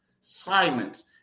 silence